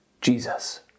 Jesus